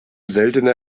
seltene